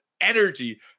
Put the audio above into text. energy